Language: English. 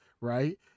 right